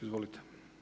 Izvolite.